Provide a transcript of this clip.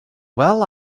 well